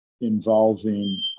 involving